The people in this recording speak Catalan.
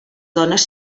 dones